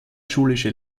schulische